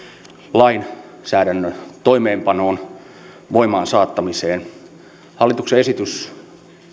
lainsäädännön toimeenpanoon voimaansaattamiseen hallituksen esitys